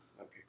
Okay